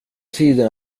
tiden